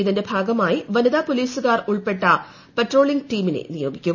ഇതിന്റെ ഭാഗമായി വനിതാപോലീസുകാർ ഉൾപ്പെട്ട പട്രോളിംഗ് ടീമിനെ നിയോഗിക്കും